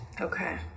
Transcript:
Okay